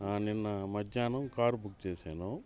నిన్న మధ్యాహ్నం car book చేశాను